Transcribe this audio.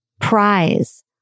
prize